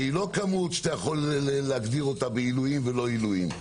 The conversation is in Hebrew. והיא לא כמות שאתה יכול להעביר אותה בעילויים ולא עילויים,